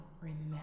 remember